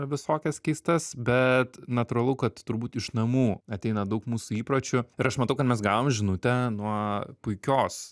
visokias keistas bet natūralu kad turbūt iš namų ateina daug mūsų įpročių ir aš matau kad mes gavom žinutę nuo puikios